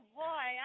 boy